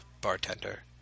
bartender